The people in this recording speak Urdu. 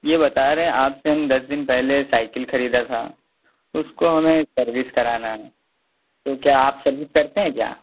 یہ بتا رہے آپ سے ہم دس دن پہلے سائیکل خریدا تھا اس کو ہمیں سروس کرانا ہے تو کیا آپ سروس کرتے ہیں کیا